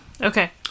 Okay